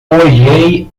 olhei